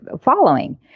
following